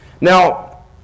Now